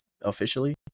officially